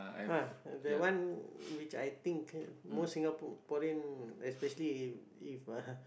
ah that one which I think most Singaporean especially if if ah